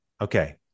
Okay